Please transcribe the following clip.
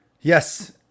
Yes